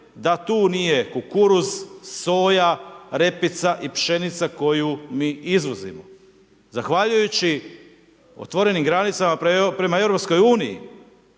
da tu nije kukuruz, soja, repica i pšenica koju mi izvozimo. Zahvaljujući otvorenim granicama prema EU,